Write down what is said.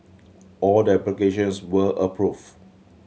all the applications were approved